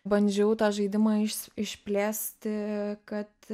bandžiau tą žaidimą išplėsti kad